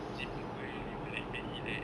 gym people they were like very like